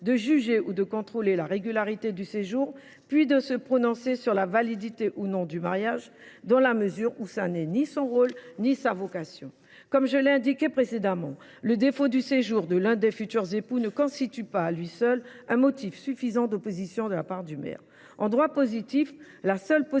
de juger ou de contrôler la régularité du séjour, puis de se prononcer sur la validité ou non du mariage, dans la mesure où ce n’est ni son rôle ni sa vocation. Comme je l’ai indiqué précédemment, le défaut de l’autorisation de séjour de l’un des futurs époux ne constitue pas, à lui seul, un motif suffisant d’opposition de la part du maire. En droit positif, la seule solution